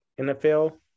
NFL